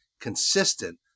consistent